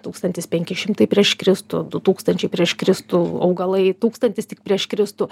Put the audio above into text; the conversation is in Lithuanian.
tūkstantis penki šimtai prieš kristų du tūkstančiai prieš kristų augalai tūkstantis tik prieš kristų